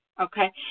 okay